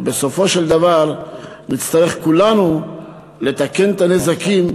ובסופו של דבר נצטרך כולנו לתקן את הנזקים,